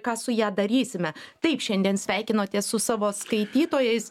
ką su ja darysime taip šiandien sveikinotės su savo skaitytojais